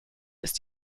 ist